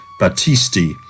Battisti